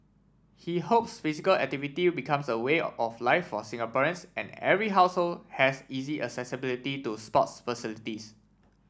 he hopes physical activity becomes a way of life for Singaporeans and every household has easy accessibility to sports facilities